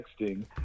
texting